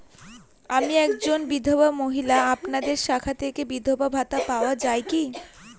আমি একজন বিধবা মহিলা আপনাদের শাখা থেকে বিধবা ভাতা পাওয়া যায় কি?